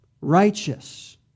righteous